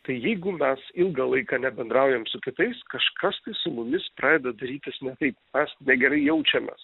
tai jeigu mes ilgą laiką nebendraujam su kitais kažkas su mumis pradeda darytis ne taip mes negerai jaučiamės